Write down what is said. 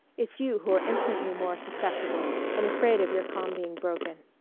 it's you who are infinitely more susceptible and afraid of your calm being broken.